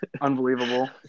Unbelievable